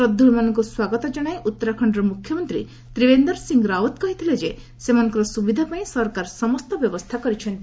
ଶ୍ରଦ୍ଧାଳୁମାନଙ୍କୁ ସ୍ୱାଗତ ଜଣାଇ ଉତ୍ତରାଖଣ୍ଡର ମୁଖ୍ୟମନ୍ତ୍ରୀ ତ୍ରିଭେନ୍ଦର ସିଂ ରାଓ୍ୱତ କହିଥିଲେ ଯେ ସେମାନଙ୍କର ସୁବିଧା ପାଇଁ ସରକାର ସମସ୍ତ ବ୍ୟବସ୍ଥା କରିଛନ୍ତି